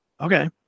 Okay